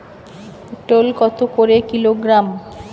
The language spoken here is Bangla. পটল কত করে কিলোগ্রাম?